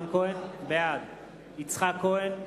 בעד יצחק כהן,